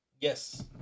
Yes